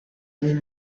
این